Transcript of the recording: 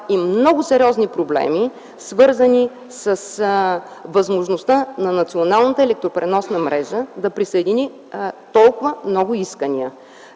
и много сериозни проблеми, свързани с възможността на Националната електропреносна мрежа да присъедини толкова много искания.